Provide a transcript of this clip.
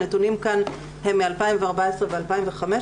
הנתונים כאן הם מ-2014 ו-2015,